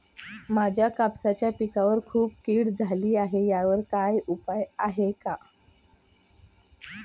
माझ्या कापसाच्या पिकावर खूप कीड झाली आहे यावर काय उपाय आहे का?